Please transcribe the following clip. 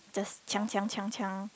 just chang chang chang chang